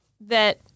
that-